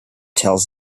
tells